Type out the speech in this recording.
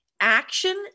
Action